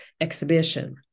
exhibition